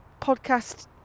podcast